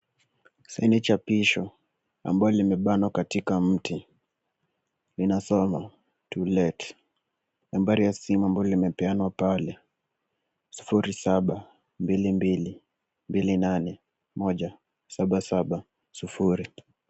Saini chapisho ambao limebanwa katika mti linasoma To Let nambari ya simu ambayo limepeanwa pale 0722281770.